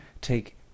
take